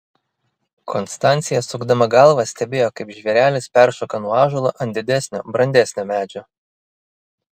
konstancija sukdama galvą stebėjo kaip žvėrelis peršoka nuo ąžuolo ant didesnio brandesnio medžio